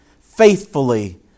faithfully